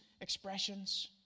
expressions